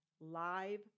live